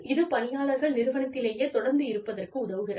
இது பணியாளர்கள் நிறுவனத்திலேயே தொடர்ந்து இருப்பதற்கு உதவுகிறது